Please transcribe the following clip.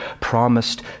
promised